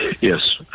Yes